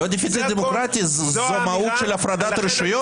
זה לא דפיציט דמוקרטי, זו המהות של הפרדת רשויות.